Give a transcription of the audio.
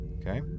Okay